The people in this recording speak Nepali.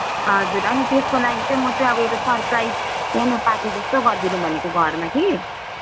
हजुर अनि त्यसको लागि चाहिँ म चाहिँ अब एउटा सर्प्राइज सानो पार्टी जस्तो गर्दिनु भनेको घरमा कि